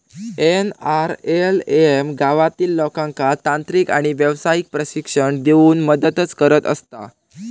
NRLM गावातील लोकांका तांत्रिक आणि व्यावसायिक प्रशिक्षण देऊन मदतच करत असता